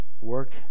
work